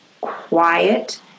quiet